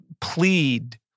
plead